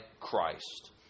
Christ